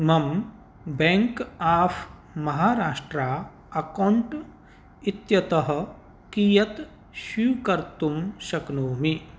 मम bank of Maharashtra account इत्यतः कियत् स्वीकर्तुं शक्नोमि